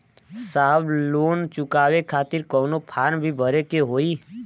साहब लोन चुकावे खातिर कवनो फार्म भी भरे के होइ?